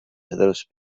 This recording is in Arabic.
تدرس